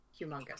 humongous